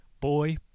Boy